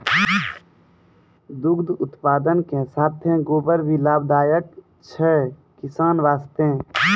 दुग्ध उत्पादन के साथॅ गोबर भी लाभदायक छै किसान वास्तॅ